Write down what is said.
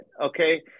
Okay